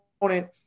opponent